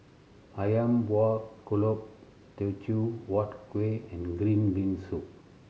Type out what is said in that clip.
Ayam Buah Keluak Teochew Huat Kuih and green bean soup